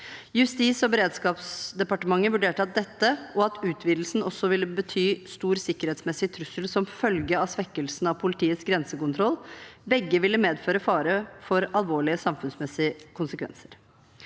Justis- og beredskapsdepartementet vurderte at dette og det at utvidelsen også ville bety stor sikkerhetsmessig trussel som følge av svekkelsen av politiets grensekontroll, begge ville medført fare for alvorlige samfunnsmessige konsekvenser.